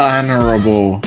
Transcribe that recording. Honorable